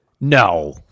No